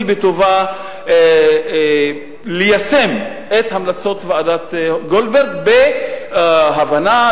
בטובה ליישם את המלצות ועדת-גולדברג בהבנה,